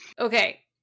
Okay